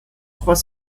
trois